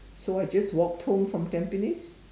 so I just walked home from Tampines